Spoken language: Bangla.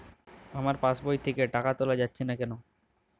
আমার পাসবই থেকে টাকা তোলা যাচ্ছে না কেনো?